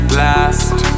last